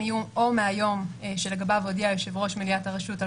תהיה או מהיום שלגביו הודיע יושב-ראש מליאת הרשות על